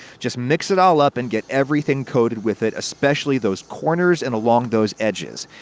just mix it all up and get everything coated with it, especially those corners and along those edges.